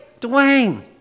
Dwayne